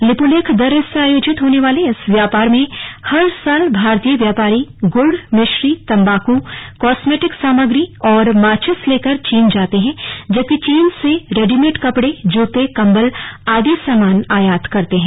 लिपुलेख दर्र से आयोजित होने वाले इस व्यापार में हर साल भारतीय व्यापारी गुड़ मिश्री तंबाकू कॉस्मेटिक सामग्री और माचिस लेकर चीन जाते हैं जबकि चीन से रेडीमेट कपड़े जूते कम्बल आदि सामान आयात करते हैं